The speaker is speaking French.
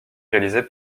réalisés